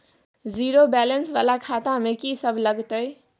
Zero balance वाला खाता में की सब लगतै?